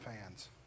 fans